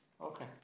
Okay